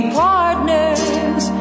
partners